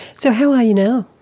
so how are you know